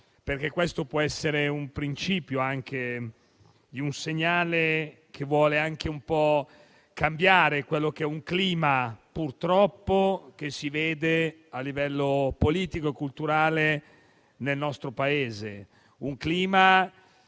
Questo può essere un principio anche di un segnale che vuole anche un po' cambiare un clima che purtroppo si vede a livello politico e culturale nel nostro Paese;